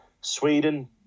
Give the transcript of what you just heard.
Sweden